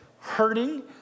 hurting